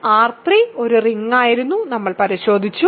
R3 ഒരു റിങ്ങായിരുന്നു നമ്മൾ പരിശോധിച്ചു